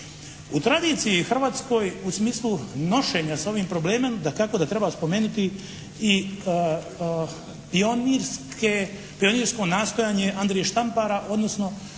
U tradiciji hrvatskoj u smislu nošenja s ovim problemom dakako da treba spomenuti pionirsko nastojanje Andrije Štampara odnosno